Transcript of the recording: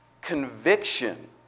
conviction